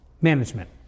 management